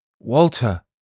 Walter